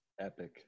Epic